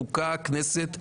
חוקה כנסת.